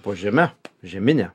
po žeme žeminę